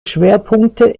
schwerpunkte